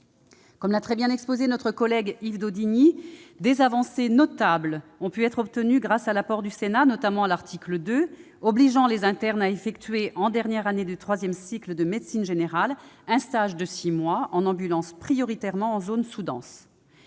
Comme l'a très bien exposé notre collègue Yves Daudigny, des avancées notables ont pu être obtenues grâce à l'apport du Sénat, notamment à l'article 2, obligeant les internes à effectuer, en dernière année de troisième cycle de médecine générale, un stage de six mois en ambulatoire prioritairement en zones sous-denses.